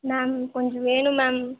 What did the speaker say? ma'am கொஞ்சம் வேணும் ma'am